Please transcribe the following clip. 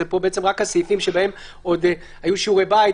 אלה רק הסעיפים שבהם עוד היו שיעורי בית,